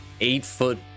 eight-foot